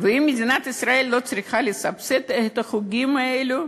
האם מדינת ישראל לא צריכה לסבסד את החוגים האלו,